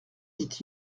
dit